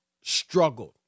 struggled